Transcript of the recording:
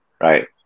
right